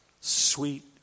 sweet